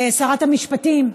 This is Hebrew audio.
שרת המשפטים,